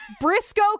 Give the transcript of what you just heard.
Briscoe